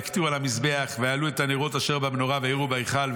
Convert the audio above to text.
ויקטירו על המזבח ויעלו את הנרות אשר במנורה ויאירו בהיכל.